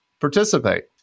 participate